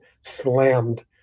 slammed